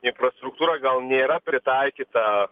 infrastruktūra gal nėra pritaikyta